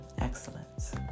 excellence